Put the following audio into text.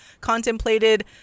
contemplated